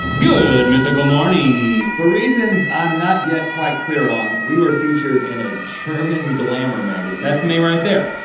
good mythical morning! for reasons i'm not yet quite clear on, we were featured in a german glamour magazine. that's me right there!